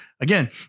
again